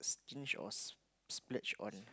stinge or splurge on